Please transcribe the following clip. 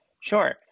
Sure